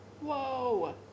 Whoa